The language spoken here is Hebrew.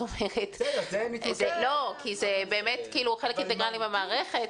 זה באמת חלק אינטגרלי מן המערכת.